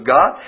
God